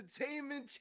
Entertainment